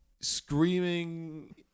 screaming